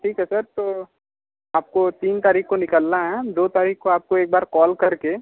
ठीक है सर तो आपको तीन तारीख को निकलना है दो तारीख को आपको एक बार कॉल कर के